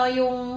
yung